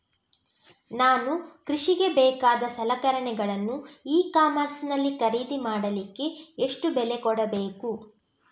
ನಾನು ಕೃಷಿಗೆ ಬೇಕಾದ ಸಲಕರಣೆಗಳನ್ನು ಇ ಕಾಮರ್ಸ್ ನಲ್ಲಿ ಖರೀದಿ ಮಾಡಲಿಕ್ಕೆ ಎಷ್ಟು ಬೆಲೆ ಕೊಡಬೇಕು?